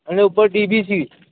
અને ઉપર D B C